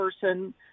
person